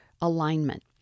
alignment